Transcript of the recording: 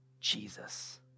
Jesus